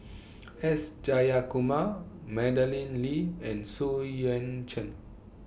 S Jayakumar Madeleine Lee and Xu Yuan Chen